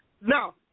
Now